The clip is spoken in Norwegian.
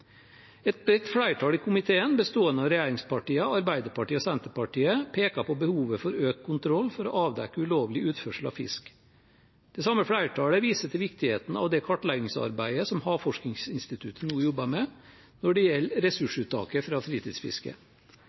Et bredt flertall i komiteen, bestående av regjeringspartiene, Arbeiderpartiet og Senterpartiet peker på behovet for økt kontroll for å avdekke ulovlig utførsel av fisk. Det samme flertallet viser til viktigheten av kartleggingsarbeidet som Havforskningsinstituttet nå jobber med når det gjelder ressursuttaket fra fritidsfiske.